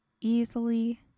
easily